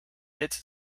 its